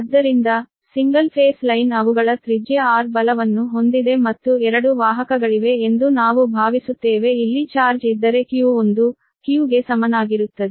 ಆದ್ದರಿಂದ single phase line ಅವುಗಳ ತ್ರಿಜ್ಯ r ಬಲವನ್ನು ಹೊಂದಿದೆ ಮತ್ತು 2 ವಾಹಕಗಳಿವೆ ಎಂದು ನಾವು ಭಾವಿಸುತ್ತೇವೆ ಇಲ್ಲಿ ಚಾರ್ಜ್ ಇದ್ದರೆ q1 q ಗೆ ಸಮನಾಗಿರುತ್ತದೆ